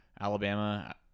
Alabama